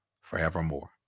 forevermore